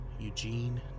Eugene